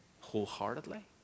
wholeheartedly